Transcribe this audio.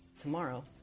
Tomorrow